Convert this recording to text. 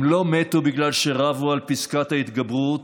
הם לא מתו בגלל שרבו על פסקת ההתגברות,